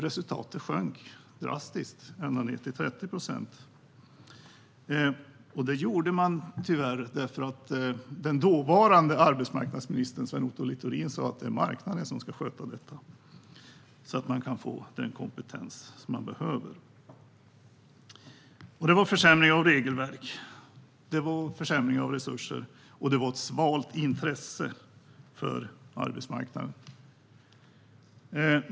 Resultatet sjönk drastiskt, ända ned till 30 procent. Detta gjordes, tyvärr, för att den dåvarande arbetsmarknadsministern Sven-Otto Littorin sa att det var marknaden som skulle sköta detta. Det var försämringar av regelverk, försämringar av resurser och ett svalt intresse för arbetsmarknaden.